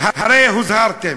והרי הוזהרתם.